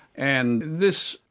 and this,